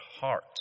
heart